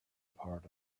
part